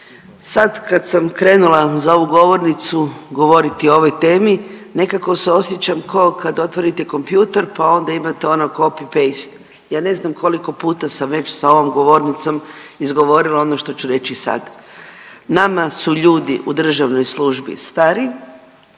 Sad kad sam krenula za ovu govornicu govoriti o ovoj temi nekako se osjećam ko kad otvorite kompjutor pa onda imate ono copy-paste, ja ne znam koliko puta sam već sa ovom govornicom izgovorila ono što ću reći i sada. Nama su ljudi u državnoj službi stari,